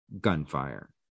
gunfire